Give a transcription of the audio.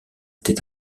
était